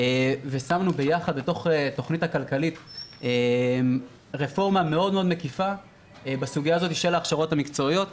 שמנו ביחד בתוך התכנית הכלכלית רפורמה מאוד מקיפה בהכשרות המקצועיות.